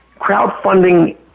Crowdfunding